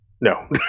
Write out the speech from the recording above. No